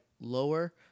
lower